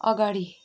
अगाडि